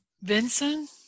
Vincent